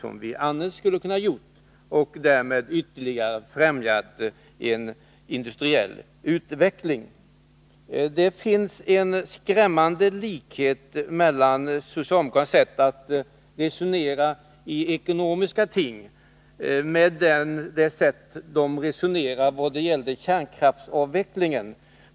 Om vi hade kunnat göra det, hade vi ytterligare främjat en industriell utveckling. Det finns en skrämmande likhet mellan socialdemokraternas sätt att resonera när det gäller ekonomiska ting och deras sätt att resonera i fråga om kärnkraftsavvecklingen.